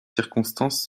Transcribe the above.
circonstances